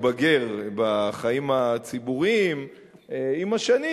מתבגר בחיים הציבוריים עם השנים,